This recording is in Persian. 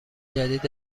جدید